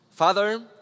Father